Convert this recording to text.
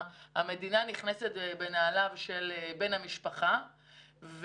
המדינה נכנסת בנעליו של בן המשפחה,